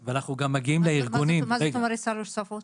אנחנו גם מגיעים לארגונים --- מה זאת אומרת "שלוש שפות"?